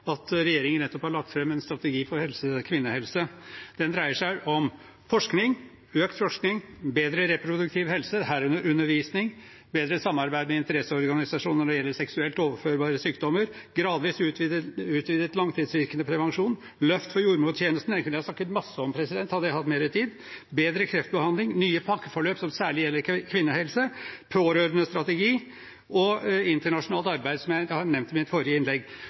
at regjeringen nettopp har lagt fram en strategi for kvinnehelse. Den dreier seg om økt forskning, bedre reproduktiv helse, herunder undervisning, bedre samarbeid med interesseorganisasjoner når det gjelder seksuelt overførbare sykdommer, gradvis utvidet langtidsvirkende prevensjon, løft for jordmortjenesten – det kunne jeg ha snakket masse om, hadde jeg hatt mer tid – bedre kreftbehandling, nye pakkeforløp som særlig gjelder kvinnehelse, pårørendestrategi og internasjonalt arbeid, som jeg nevnte i mitt forrige innlegg.